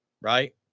right